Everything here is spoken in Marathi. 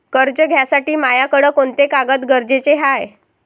कर्ज घ्यासाठी मायाकडं कोंते कागद गरजेचे हाय?